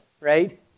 right